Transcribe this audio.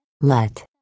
Let